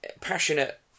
passionate